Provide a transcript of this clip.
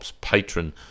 patron